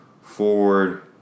Forward